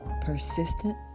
persistent